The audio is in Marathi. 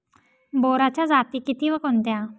बोराच्या जाती किती व कोणत्या?